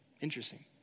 interesting